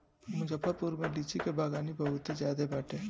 मुजफ्फरपुर में लीची के बगानी बहुते ज्यादे बाटे